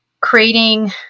creating